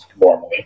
normally